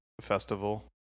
festival